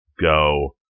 go